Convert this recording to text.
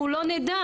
אנחנו לא נדע.